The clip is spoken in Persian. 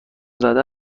زده